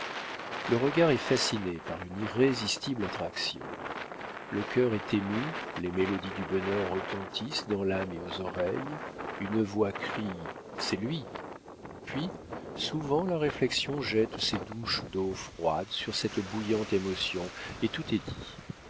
le regard est fasciné par une irrésistible attraction le cœur est ému les mélodies du bonheur retentissent dans l'âme et aux oreilles une voix crie c'est lui puis souvent la réflexion jette ses douches d'eau froide sur cette bouillante émotion et tout est dit